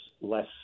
less